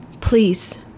Please